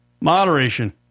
Moderation